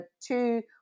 two